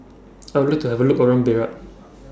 I Would like to Have A Look around Beirut